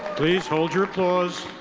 please hold your applause,